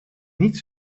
niet